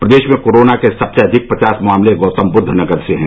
प्रदेश में कोरोना के सबसे अधिक पचास मामले गौतमबुद्ध नगर से हैं